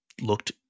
looked